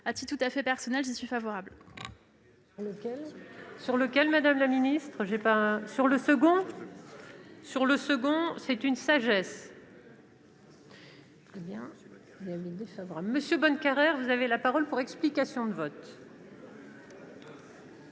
à titre tout à fait personnel, je suis favorable